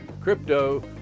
Crypto